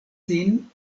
sin